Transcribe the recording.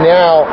now